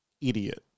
idiot